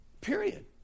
Period